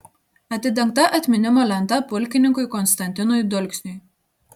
atidengta atminimo lenta pulkininkui konstantinui dulksniui